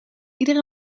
iedere